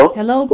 Hello